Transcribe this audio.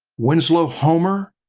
winslow homer,